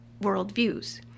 worldviews